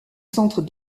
centre